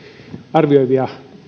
arvioivia